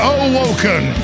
awoken